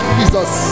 Jesus